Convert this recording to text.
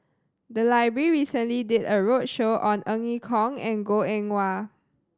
the library recently did a roadshow on Ong Ye Kung and Goh Eng Wah